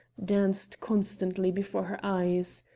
danced constantly before her eyes.